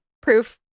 proof